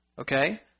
Okay